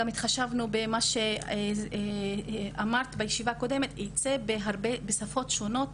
גם התחשבנו במה שאמרת בישיבה הקודמת: ייצא בשפות שונות,